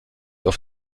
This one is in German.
auf